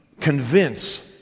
convince